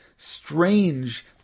Strange